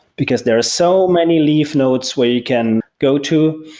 because there are so many leaf nodes where you can go to,